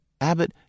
Abbott